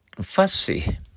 Fussy